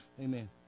Amen